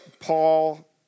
Paul